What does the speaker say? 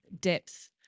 depth